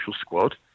squad